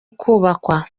kubakwa